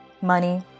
money